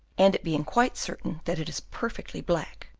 and it being quite certain that it is perfectly black,